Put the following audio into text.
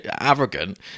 arrogant